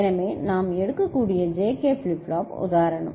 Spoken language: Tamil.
எனவே நாம் எடுக்கக்கூடிய JK ஃபிளிப் ஃப்ளாப் உதாரணம்